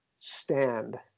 stand